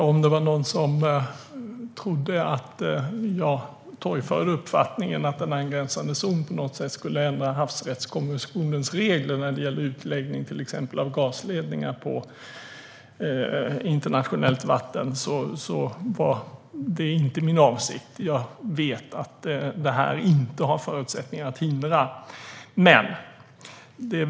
Herr talman! Om någon trodde att jag torgförde uppfattningen att en angränsande zon på något sätt skulle ändra Havsrättskommissionens regler vad gäller exempelvis utläggningar av gasledningar på internationellt vatten ber jag om ursäkt. Det var inte min avsikt. Jag vet att detta inte har förutsättningar att hindra det här.